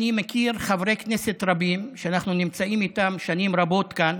אני מכיר חברי כנסת רבים שאנחנו נמצאים איתם שנים רבות כאן